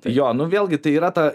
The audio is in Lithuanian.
jo nu vėlgi tai yra ta